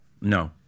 No